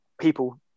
people